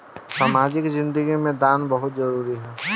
सामाजिक जिंदगी में दान बहुत जरूरी ह